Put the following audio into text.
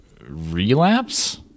Relapse